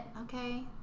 okay